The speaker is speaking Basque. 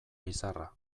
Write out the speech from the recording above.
bizarra